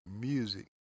music